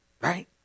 Right